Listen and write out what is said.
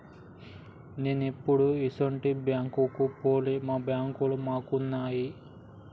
నేనెప్పుడూ ఇసుంటి బాంకుకు పోలే, మా బాంకులు మాకున్నయ్